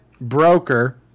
broker